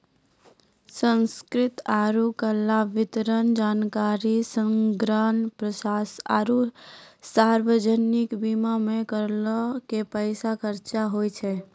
संस्कृति आरु कला, वितरण, जानकारी संग्रह, प्रसार आरु सार्वजनिक बीमा मे करो के पैसा खर्चा होय छै